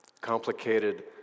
Complicated